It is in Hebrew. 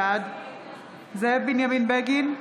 בעד זאב בנימין בגין,